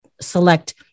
select